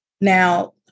now